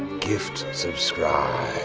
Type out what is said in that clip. gift subscribe.